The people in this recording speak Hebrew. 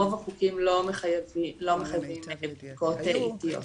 רוב החוקים לא מחייבים בדיקות עתיות.